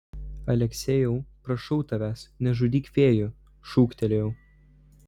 aleksejau prašau tavęs nežudyk fėjų šūktelėjau